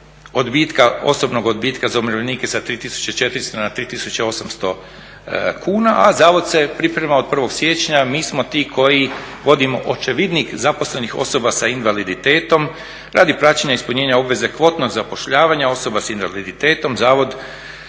odbitka, osobnog odbitka za umirovljenike sa 3400 na 3800 kuna, a zavod se priprema od 1. siječnja, mi smo ti koji vodimo očevidnik zaposlenih osoba sa invaliditetom radi praćenja i ispunjenja obaveze kvotnog zapošljavanja osoba sa invaliditetom zavod